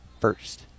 First